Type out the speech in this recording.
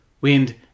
wind